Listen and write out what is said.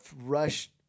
rush